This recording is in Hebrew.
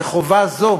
וחובה זו